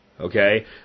Okay